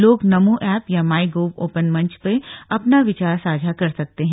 लोग नमो ऐप या my gov open मंच में अपने विचार साझा कर सकते हैं